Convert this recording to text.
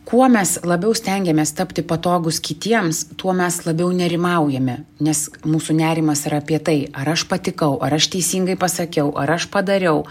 kuo mes labiau stengiamės tapti patogūs kitiems tuo mes labiau nerimaujame nes mūsų nerimas yra apie tai ar aš patikau ar aš teisingai pasakiau ar aš padariau